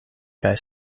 kaj